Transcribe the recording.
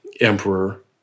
emperor